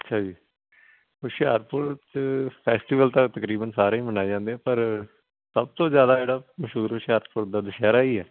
ਅੱਛਾ ਜੀ ਹੁਸ਼ਿਆਰਪੁਰ 'ਚ ਫੈਸਟੀਵਲ ਤਾਂ ਤਕਰੀਬਨ ਸਾਰੇ ਹੀ ਮਨਾਏ ਜਾਂਦੇ ਪਰ ਸਭ ਤੋਂ ਜ਼ਿਆਦਾ ਜਿਹੜਾ ਮਸ਼ਹੂਰ ਹੁਸ਼ਿਆਰਪੁਰ ਦਾ ਦੁਸਹਿਰਾ ਹੀ ਹੈ